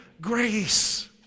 grace